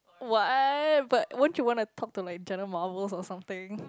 what but won't you want to talk to like Jenna-Marbles or something